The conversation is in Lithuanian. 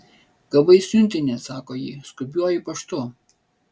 gavai siuntinį sako ji skubiuoju paštu